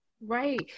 Right